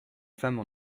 femmes